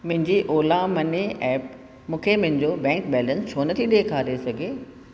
मुंहिंजी Ola money app मूंखे मुंहिंजो बैंक बैलेंस छो नथी ॾेखारे सघे